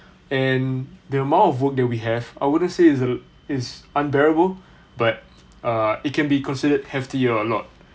and the amount of work that we have I wouldn't say is is unbearable but uh it can be considered hefty a lot